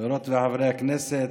חברות וחברי הכנסת,